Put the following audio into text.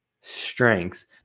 strengths